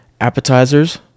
appetizers